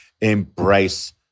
embrace